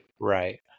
Right